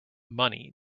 money